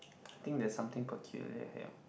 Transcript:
I think there's something peculiar here